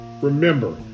remember